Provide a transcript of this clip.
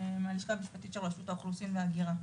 מהלשכה המשפטית של רשות האוכלוסין וההגירה.